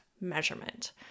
measurement